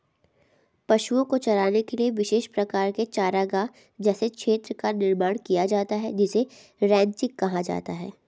पशुओं को चराने के लिए विशेष प्रकार के चारागाह जैसे क्षेत्र का निर्माण किया जाता है जिसे रैंचिंग कहा जाता है